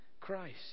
Christ